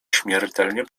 śmiertelnie